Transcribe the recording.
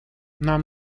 нам